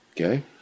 Okay